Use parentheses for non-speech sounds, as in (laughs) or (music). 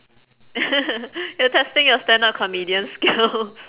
(laughs) you're testing your stand-up comedian skills